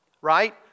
Right